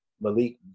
Malik